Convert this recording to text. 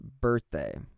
birthday